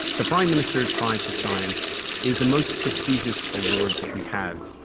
the prime minister's prize for science is the most prestigious awards that we have.